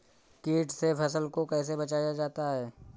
कीट से फसल को कैसे बचाया जाता हैं?